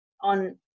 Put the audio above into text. on